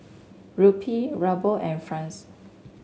Rupee Ruble and franc